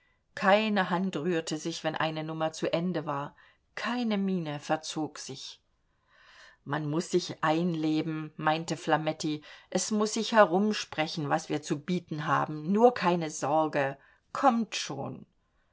keine hand rührte sich wenn eine nummer zu ende war keine miene verzog sich man muß sich einleben meinte flametti es muß sich herumsprechen was wir zu bieten haben nur keine sorge kommt schon